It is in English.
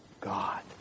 God